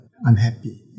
unhappy